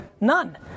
none